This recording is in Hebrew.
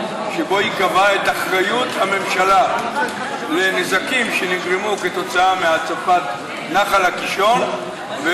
שבו היא קבעה את אחריות הממשלה לנזקים שנגרמו כתוצאה מהצפת נחל הקישון,